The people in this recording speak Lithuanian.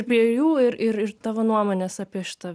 prie jų ir ir ir tavo nuomonės apie šitą